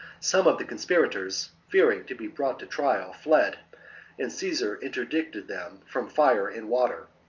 some of the con aspirators, fearing to be brought to trial, fled and caesar interdicted them from fire and water.